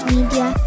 Media